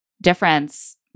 difference